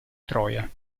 troia